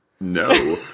No